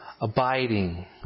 abiding